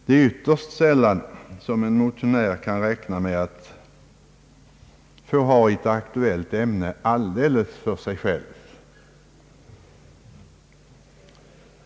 Det är yt terst sällan som en motionär kan räkna med att få ha ett aktuellt ämne alldeles för sig själv.